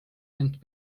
end